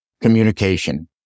communication